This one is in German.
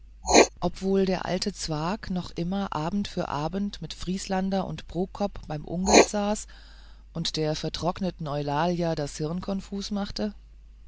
wohl der alte zwakh noch immer abend für abend mit vrieslander und prokop beim ungelt saß und der vertrockneten eulalia das hirn konfus machte